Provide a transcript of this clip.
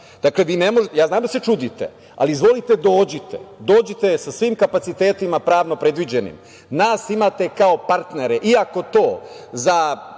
izvolite to je vaše. Ja znam da se čudite. Ali, izvolite dođite, dođite sa svim kapacitetima pravnom predviđenim. Nas imate kao partnere, iako to za